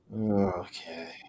Okay